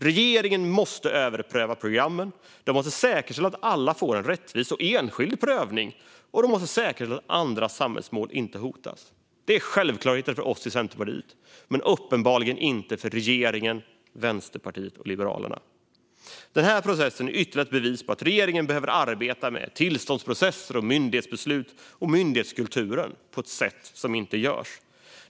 Regeringen måste överpröva programmen och säkerställa att alla får en rättvis och enskild prövning och säkerställa att andra samhällsmål inte hotas. Detta är självklart för oss i Centerpartiet men uppenbarligen inte för regeringen, Vänsterpartiet och Liberalerna. Denna process är ytterligare att bevis på att regeringen behöver arbeta med tillståndsprocesser, myndighetsbeslut och myndighetskulturer på ett sätt som inte görs.